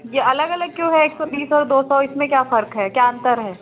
ये अलग अलग क्यों है एक सौ बीस और दो सौ इसमें क्या फ़र्क है क्या अंतर है